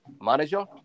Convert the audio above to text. manager